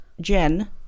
Jen